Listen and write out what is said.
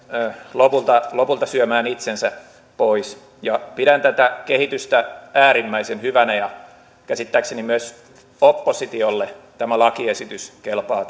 lopulta lopulta syömään itsensä pois pidän tätä kehitystä äärimmäisen hyvänä ja käsittääkseni myös oppositiolle tämä lakiesitys kelpaa